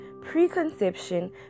preconception